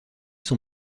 son